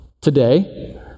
Today